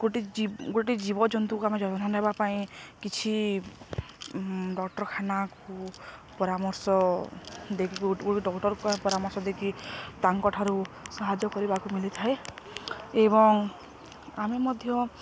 ଗୋଟେ ଗୋଟେ ଜୀବଜନ୍ତୁକୁ ଆମେ ଯତ୍ନ ନେବା ପାଇଁ କିଛି ଡାକ୍ତରଖାନାକୁ ପରାମର୍ଶ ଗୋଟେ ପରାମର୍ଶ ଦେଇକି ତାଙ୍କ ଠାରୁ ସାହାଯ୍ୟ କରିବାକୁ ମିଲିଥାଏ ଏବଂ ଆମେ ମଧ୍ୟ